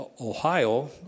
Ohio